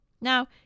Now